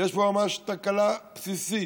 יש כבר ממש תקלה בסיסית.